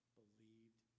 believed